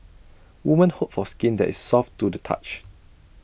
women hope for skin that is soft to the touch